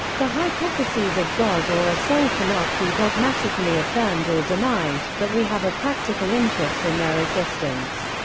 the hypotheses of god or a soul cannot be dogmatically affirmed or denied, but we have a practical interest in their existence.